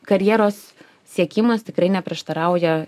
karjeros siekimas tikrai neprieštarauja